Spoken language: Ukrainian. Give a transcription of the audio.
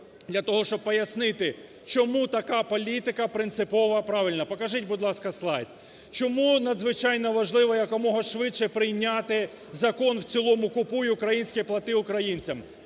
для того щоб пояснити, чому така політика принципово правильна. Покажіть, будь ласка, слайд, чому надзвичайно важливо якомога швидше прийняти Закон в цілому "Купуй українське, плати українцям".